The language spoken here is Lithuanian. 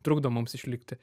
trukdo mums išlikti